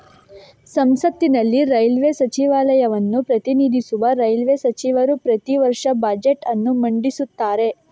ಸಂಸತ್ತಿನಲ್ಲಿ ರೈಲ್ವೇ ಸಚಿವಾಲಯವನ್ನು ಪ್ರತಿನಿಧಿಸುವ ರೈಲ್ವೇ ಸಚಿವರು ಪ್ರತಿ ವರ್ಷ ಬಜೆಟ್ ಅನ್ನು ಮಂಡಿಸುತ್ತಾರೆ